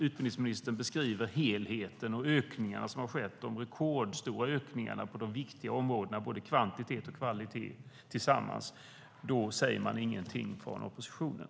Utbildningsministern beskriver helheten och de rekordstora ökningar som har skett på viktiga områden, med både kvantitet och kvalitet tillsammans, men då säger man ingenting från oppositionen.